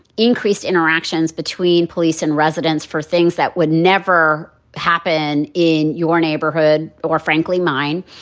increased interactions between police and residents for things that would never happen in your neighborhood or, frankly, mine.